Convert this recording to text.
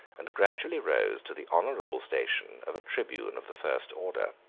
and gradually rose to the honorable station of a tribune of the first order.